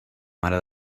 mare